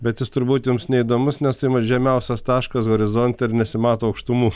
bet jis turbūt jums neįdomus nes ima žemiausias taškas horizonte ir nesimato aukštumų